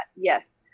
Yes